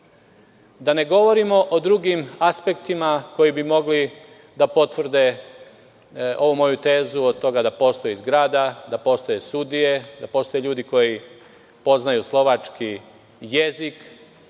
Da ne govorimo o drugim aspektima koji bi mogli da potvrde ovu moju tezu, od toga da postoji zgrada, da postoje sudije, da postoje ljudi koji poznaju slovački jezik. Mi